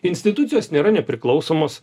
institucijos nėra nepriklausomos